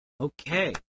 Okay